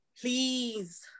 please